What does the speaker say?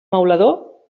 maulador